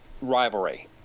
rivalry